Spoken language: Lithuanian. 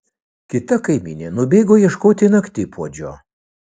kita kaimynė nubėgo ieškoti naktipuodžio